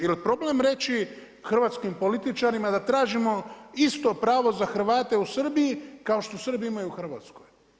Jel problem reći hrvatskim političarima da tražimo isto pravo za Hrvate u Srbiji, kao što Srbi imaju u Hrvatskoj.